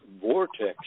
Vortex